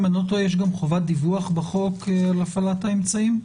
אם אני לא טועה יש גם חובת דיווח בחוק על הפעלת האמצעים,